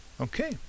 Okay